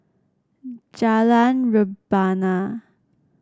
Jalan Rebana